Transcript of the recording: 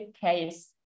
case